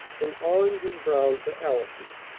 and orange and brown for allison's,